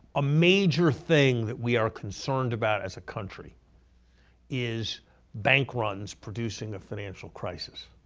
a major thing that we are concerned about as a country is bank runs producing a financial crisis.